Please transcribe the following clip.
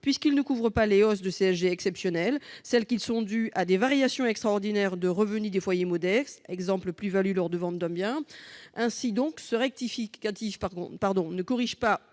puisqu'il ne couvre que les hausses de CSG exceptionnelles, celles qui sont dues à des variations extraordinaires de revenu des foyers modestes- par exemple, la plus-value lors de la vente d'un bien. Ce rectificatif ne corrige